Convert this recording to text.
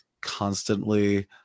constantly